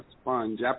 sponge